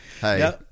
Hey